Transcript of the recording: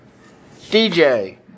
DJ